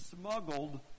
smuggled